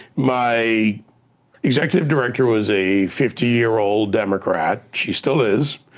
my executive director was a fifty year old democrat, she still is.